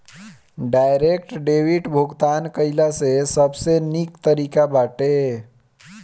direct debit भुगतान कइला से सबसे निक तरीका बाटे